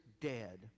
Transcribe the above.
dead